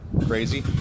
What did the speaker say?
crazy